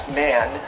man